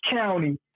County